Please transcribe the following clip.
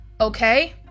okay